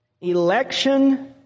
Election